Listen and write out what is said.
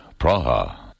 Praha